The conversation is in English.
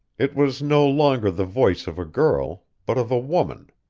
it was no longer the voice of a girl, but of a woman.